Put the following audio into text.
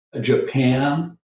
Japan